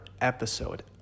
episode